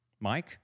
Mike